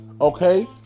Okay